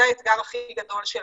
זה האתגר הכי גדול שלנו,